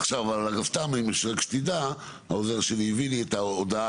עכשיו, סתם שתדע, העוזר שלי הביא לי את ההודעה.